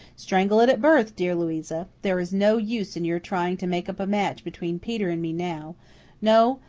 strangle it at birth, dear louisa. there is no use in your trying to make up a match between peter and me now no,